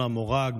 מורג,